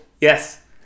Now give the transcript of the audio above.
yes